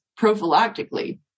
prophylactically